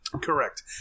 Correct